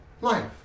life